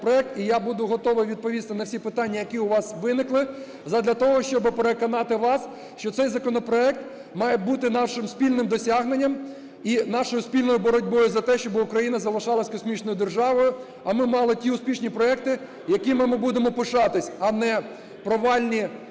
я буду готовий відповісти на всі питання, які у вас виникли, задля того, щоби переконати вас, що цей законопроект має бути нашим спільним досягненням. І нашою спільною боротьбою за те, щоби Україна залишалась космічною державою, а ми мали ті успішні проекти, якими ми будемо пишатись. А не провальні,